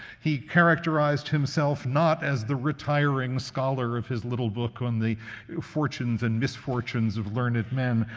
he characterized himself not as the retiring scholar of his little book on the fortunes and misfortunes of learned men,